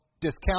discount